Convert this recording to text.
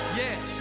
yes